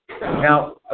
Now